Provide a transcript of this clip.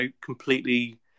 completely